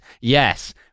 Yes